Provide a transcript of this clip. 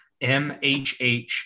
MHH